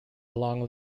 along